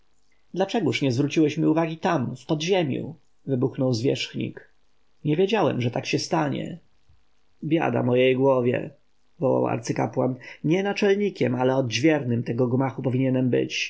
dlaczegóż nie zwróciłeś mi uwagi tam w podziemiu wybuchnął zwierzchnik nie wiedziałem że się tak stanie biada mojej głowie wołał arcykapłan nie naczelnikiem ale odźwiernym tego gmachu powinienem być